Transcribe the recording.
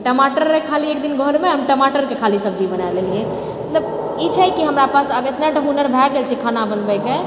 टमाटर रहै खाली एकदिन घरमे हम टमाटरके खाली सब्जी बना लेलिए मतलब ई छै कि हमरा पास आब इतना तऽ हुनर भए गेलछै खाना बनबैके